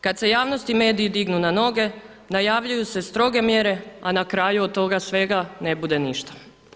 Kad se javnost i mediji dignu na noge najavljuju se stroge mjere, a na kraju od toga svega ne bude ništa.